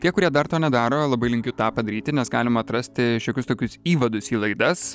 tie kurie dar to nedaro labai linkiu tą padaryti nes galima atrasti šiokius tokius įvadus į laidas